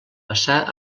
passà